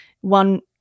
one